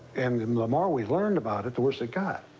and the um the more we learned about it, the worst it got.